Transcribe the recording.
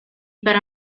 para